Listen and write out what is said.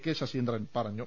K Saseendran പറഞ്ഞു